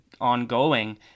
ongoing